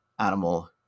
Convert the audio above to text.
animal